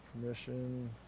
Permission